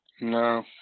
No